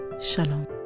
Shalom